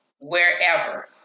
wherever